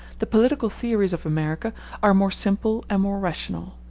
the political theories of america are more simple and more rational.